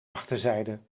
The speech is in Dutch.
achterzijde